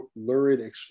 lurid